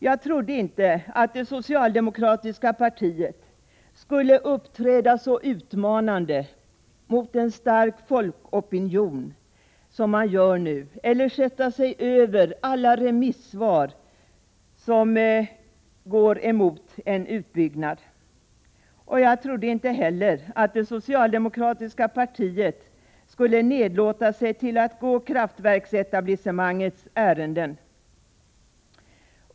Jag trodde inte att det socialdemokratiska partiet skulle uppträda så utmanande mot en stark folkopinion som det nu gör eller sätta sig över alla remissvar som går emot en utbyggnad. Jag trodde inte heller att det socialdemokratiska partiet skulle nedlåta sig till att gå kraftverksetablissemangets ärenden.